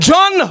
John